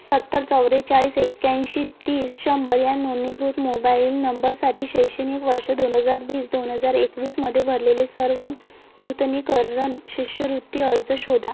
सत्तर चौव्वेचाळीस एक्क्याऐंशी तीस शंभर या नोंदणीकृत मोबाइल नंबरसाठी शैक्षणिक वर्ष दोन हजार वीस दोन हजार एकवीसमध्ये भरलेले सर्व नूतनीकरण शिष्यवृत्ती अर्ज शोधा